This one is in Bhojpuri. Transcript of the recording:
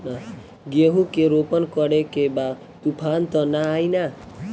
गेहूं के रोपनी करे के बा तूफान त ना आई न?